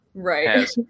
Right